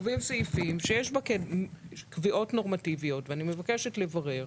ובסעיפים שיש בהם קביעות נורמטיביות ואני מבקשת לברר